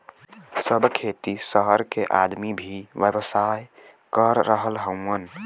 सब खेती सहर के आदमी भी व्यवसाय कर रहल हउवन